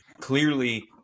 clearly